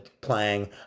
playing